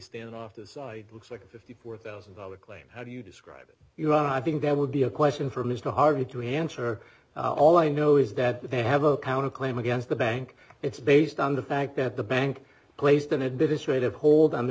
stand off the side looks like a fifty four thousand dollars claim how do you describe it you know i think that would be a question for mr harvey to answer all i know is that they have a counter claim against the bank it's based on the fact that the bank placed an administrative hold on t